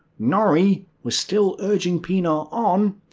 norrie was still urging pienaar on,